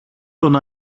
τον